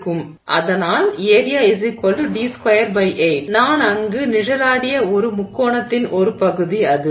அதனால் area d28 நான் அங்கு நிழலாடிய ஒரு முக்கோணத்தின் ஒரு பகுதி அது